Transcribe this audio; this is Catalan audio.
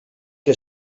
que